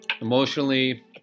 Emotionally